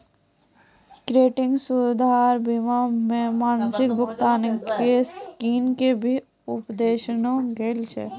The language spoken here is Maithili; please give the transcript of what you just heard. क्रेडित सुरक्षा बीमा मे मासिक भुगतान के स्कीम के भी अपनैलो गेल छै